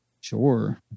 Sure